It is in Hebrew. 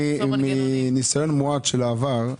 מן הניסיון המועט של העבר,